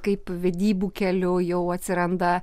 kaip vedybų keliu jau atsiranda